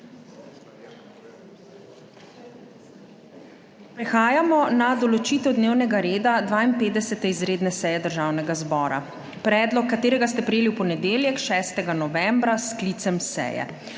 Prehajamo na **določitev dnevnega reda** 52. izredne seje Državnega zbora, predlog katerega ste prejeli v ponedeljek, 6. novembra, s sklicem seje.